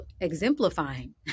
exemplifying